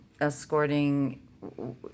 escorting